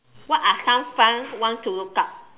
what are some fun ones to look up